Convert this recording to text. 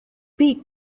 beak